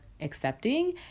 accepting